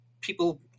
people